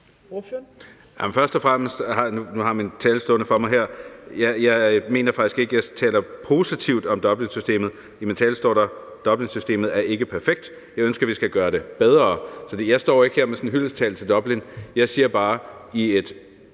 Knuth (KF): Nu har jeg min tale liggende foran mig her. Jeg mener faktisk ikke, at jeg taler positivt om Dublinsystemet. I min tale står der: Dublinsystemet er ikke perfekt. Jeg ønsker, at vi skal gøre det bedre. Jeg står ikke her med sådan en hyldesttale til Dublinsystemet. Jeg siger bare, at